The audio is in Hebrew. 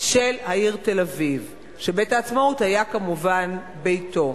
של העיר תל-אביב, שבית-העצמאות היה כמובן ביתו.